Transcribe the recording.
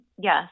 yes